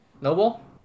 Noble